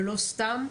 ולא סתם,